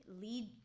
lead